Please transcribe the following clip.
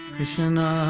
Krishna